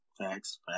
Facts